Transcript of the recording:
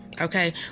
Okay